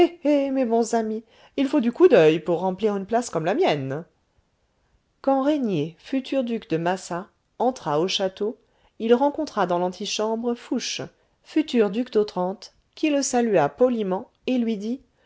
eh mes bons amis il faut du coup d'oeil pour remplir une place comme la mienne quand régnier futur duc de massa entra au château il rencontra dans l'antichambre fouché futur duc d'otrante qui le salua poliment et lui dit